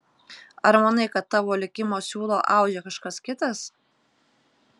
ar manai kad tavo likimo siūlą audžia kažkas kitas